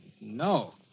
no